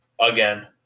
again